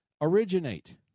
originate